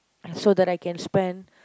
so that I can spend